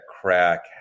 crack